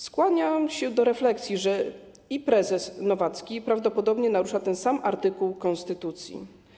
Skłaniam się do refleksji, że i prezes Nowacki prawdopodobnie narusza ten sam artykuł konstytucji.